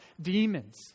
demons